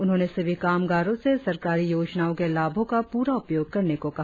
उन्होंने सभी कामगारों से सरकारी योजनाओं के लाभों का पूरा उपयोग करने को कहा